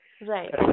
Right